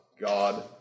God